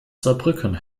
saarbrücken